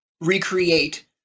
recreate